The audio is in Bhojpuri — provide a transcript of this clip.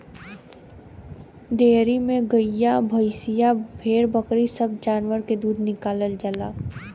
डेयरी में गइया भईंसिया भेड़ बकरी सब जानवर के दूध निकालल जाला